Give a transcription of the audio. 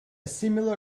similar